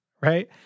right